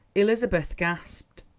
elizabeth gasped.